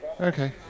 Okay